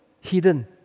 hidden